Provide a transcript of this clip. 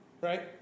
right